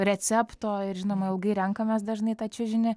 recepto ir žinoma ilgai renkamės dažnai tą čiužinį